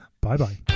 Bye-bye